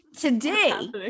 today